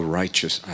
righteous